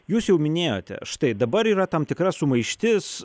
jūs jau minėjote štai dabar yra tam tikra sumaištis